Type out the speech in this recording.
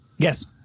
Yes